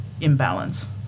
imbalance